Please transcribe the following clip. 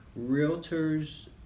realtors